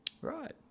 Right